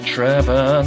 Trevor